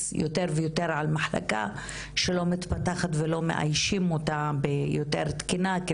יותר ויותר על מחלקה שלא מתפתחת ולא מאיישים אותה ביותר תקינה,